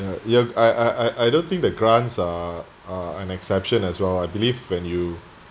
ya ya I I I don't think that grants are are an exception as well I believe when you